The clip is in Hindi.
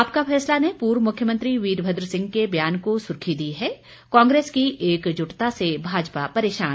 आपका फैसला ने पूर्व मुख्यमंत्री वीरभद्र सिंह के बयान को सुर्खी दी है कांग्रेस की एकजुटता से भाजपा परेशान